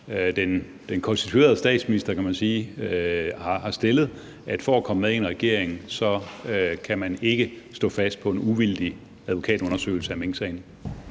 den fungerende statsminister, kan man sige, har stillet, nemlig at for at komme med i en regering kan man ikke stå fast på en uvildig advokatundersøgelse af minksagen.